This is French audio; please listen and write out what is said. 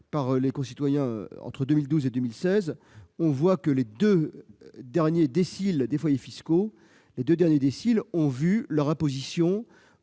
par nos concitoyens entre 2012 et 2016, on s'aperçoit que les deux derniers déciles des foyers fiscaux ont vu leur imposition